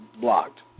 blocked